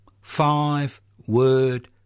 five-word